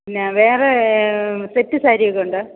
പിന്നെ വേറെ സെറ്റ് സാരിയൊക്കെ ഉണ്ടോ